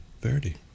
Verdi